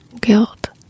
guilt